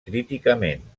críticament